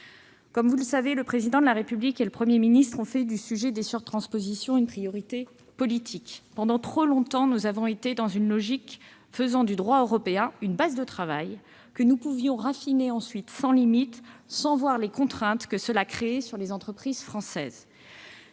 Comme vous le savez, le Président de la République et le Premier ministre ont fait du sujet des surtranspositions une priorité politique. Pendant trop longtemps, nous avons eu tendance à faire du droit européen une base de travail que nous pouvions raffiner sans limites, sans voir les contraintes que cela créait pour les entreprises françaises.